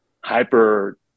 hyper